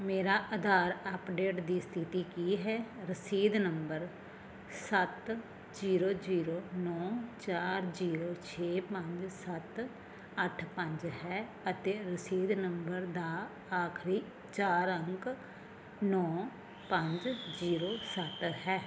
ਮੇਰੇ ਆਧਾਰ ਅੱਪਡੇਟ ਦੀ ਸਥਿਤੀ ਕੀ ਹੈ ਰਸੀਦ ਨੰਬਰ ਸੱਤ ਜੀਰੋ ਜੀਰੋ ਨੌਂ ਚਾਰ ਜ਼ੀਰੋ ਛੇ ਪੰਜ ਸੱਤ ਅੱਠ ਪੰਜ ਹੈ ਅਤੇ ਰਸੀਦ ਨੰਬਰ ਦਾ ਆਖਰੀ ਚਾਰ ਅੰਕ ਨੌਂ ਪੰਜ ਜ਼ੀਰੋ ਸੱਤ ਹੈ